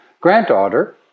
granddaughter